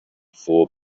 four